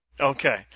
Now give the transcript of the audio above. Okay